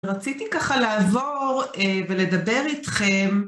רציתי ככה לעבור ולדבר איתכם.